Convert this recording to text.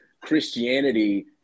Christianity